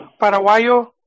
Paraguayo